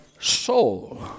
soul